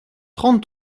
trente